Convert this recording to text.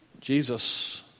Jesus